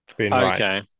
Okay